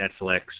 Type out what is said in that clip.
Netflix –